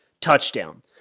Touchdown